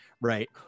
right